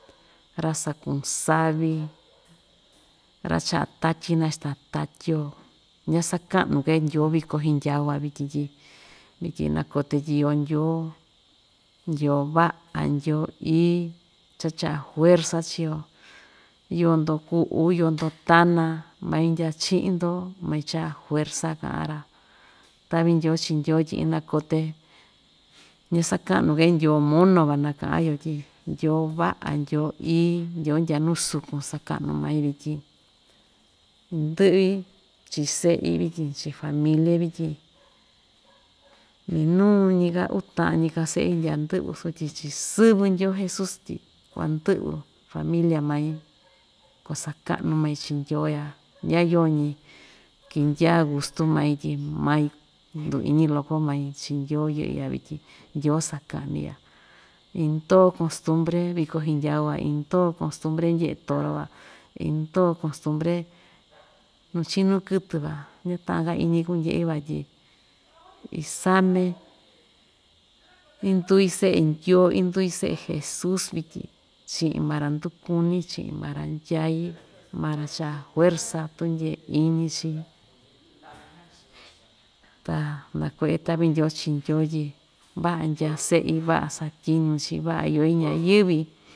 Ra‑sakun savi ra‑cha'a tatyi naxita tatyi‑yo ña‑saka'nu‑ke ndyoo viko hndyaun van vityin tyi vityin nakote tyi iyo ndyoo ndyoo va'a ndyoo ndyoo ií cha‑cha'a juerza chii‑yo yoo‑ndo ku'u yoo‑ndo tanan mai ndyaa chi'in‑ndo mai cha'a juerza ka'an‑ra ta'vi ndyoo chi ndyoo tyi ina‑kote ña‑saka'nu‑ke ndyoo mono van na ka'an‑yo tyi ndyoo va'a ndyoo ií ndyoo ndyaa nu sukun sa'kanu mai vityin indɨ'vi chi se'i vityin chi'in familie vityin minuu‑ñi‑ka uu ta'an‑ñi‑ka se'i ndyaa ndɨ'vi sotyi chi'in sɨvɨ ndyoo jesus tyi kuandɨ'vɨ familia mai kuasa'kanu mai chii ndyoo ya ñayo‑ñi kindyaa gustu mai tyi mai nduiñi loko mai chii ndyoo yɨ'ɨ ya vityin ndyoo sa'kani ya indoo kostumbre viko hndyau ya indoo kostumbre ndye'e toro van indoo kostumbre nuu chinu kɨtɨ van ñata'an‑ka iñi kundye'i van tyi isamé induí se'e ndyoo indui se'e jesus vityin chi'in maa‑ra ndukuní chi'in maa‑ra ndyaí maa‑ra cha'a juerza tundyee iñi chií, ta naku've ta'vi ndyoo chi ndyoo tyi va'a ndyaa se'i va'a satyiñu‑chi va'a iyo ii ñayɨ́vi.